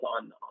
on